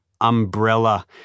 umbrella